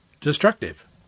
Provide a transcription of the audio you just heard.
destructive